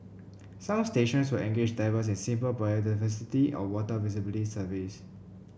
some stations will engage divers in simple biodiversity or water visibility surveys